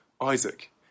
Isaac